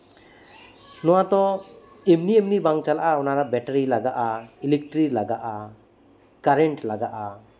ᱱᱚᱣᱟᱛᱚ ᱮᱢᱱᱤ ᱮᱢᱱᱤ ᱵᱟᱝ ᱪᱟᱞᱟᱜᱼᱟ ᱚᱱᱟ ᱞᱟᱜᱟᱜ ᱵᱮᱴᱟᱨᱤ ᱞᱟᱜᱟᱜᱼᱟ ᱮᱞᱮᱠᱴᱨᱤᱠ ᱞᱟᱜᱟᱜᱼᱟ ᱠᱟᱨᱮᱱᱴ ᱞᱟᱜᱟᱜᱼᱟ